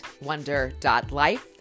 wonder.life